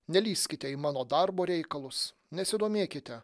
nelįskite į mano darbo reikalus nesidomėkite